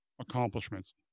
accomplishments